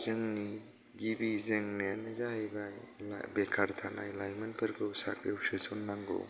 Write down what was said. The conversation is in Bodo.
जोंनि गिबि जेंनायानो जाहैबाय बेकार थानाय लायमोनफोरखौ साख्रियाव सोसननांगौ